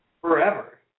forever